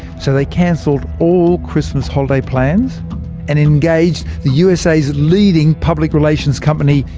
so they cancelled all christmas holiday plans and engaged the usa's leading public relations company,